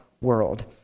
world